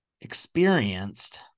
experienced